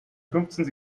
fünfzehn